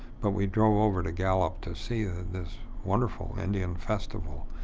but we drove over to gallup to see ah this wonderful indian festival.